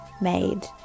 made